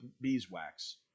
beeswax